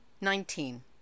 nineteen